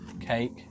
cake